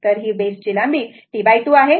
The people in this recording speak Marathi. तर हे T2 आहे